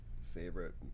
favorite